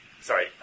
sorry